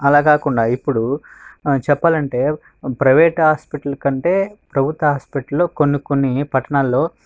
అలా కాకుండా ఇప్పుడు చెప్పాలి అంటే ప్రైవేట్ హాస్పిటల్ కంటే ప్రభుత్వ హాస్పిటల్ కొన్ని కొన్ని పట్టణాల్లో